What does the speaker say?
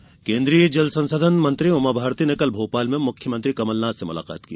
उमा भारती केन्द्रीय जल संसाधन मंत्री उमाभारती ने कल भोपाल में मुख्यमंत्री कमलनाथ से मुलाकात की